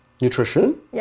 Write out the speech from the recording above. nutrition